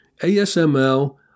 ASML